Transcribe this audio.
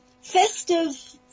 festive